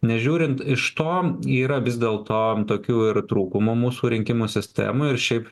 nežiūrint iš to yra vis dėlto tokių ir trūkumų mūsų rinkimų sistemoj ir šiaip